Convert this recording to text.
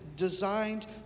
designed